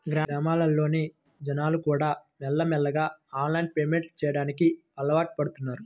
గ్రామాల్లోని జనాలుకూడా మెల్లమెల్లగా ఆన్లైన్ పేమెంట్ చెయ్యడానికి అలవాటుపడుతన్నారు